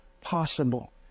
possible